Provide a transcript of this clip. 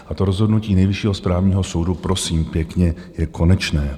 A to rozhodnutí Nejvyššího správního soudu prosím pěkně je konečné.